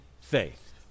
faith